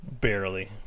Barely